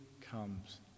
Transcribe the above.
comes